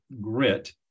Grit